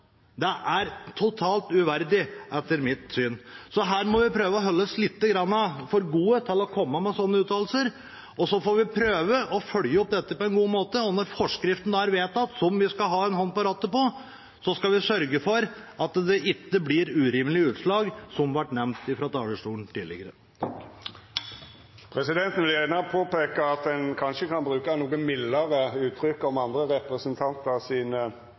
mitt syn totalt uverdig. Her må vi prøve å holde oss litt for gode til å komme med slike uttalelser, og så får vi prøve å følge opp dette på en god måte. Og når forskriften er vedtatt, som vi skal ha en hånd på rattet på, skal vi sørge for at det ikke blir urimelige utslag, slik det ble nevnt fra talerstolen tidligere. Presidenten vil gjerne påpeika at ein kanskje kan bruka noko mildare uttrykk om innlegga til andre